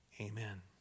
Amen